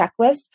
checklist